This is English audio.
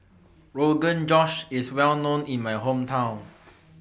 Rogan Josh IS Well known in My Hometown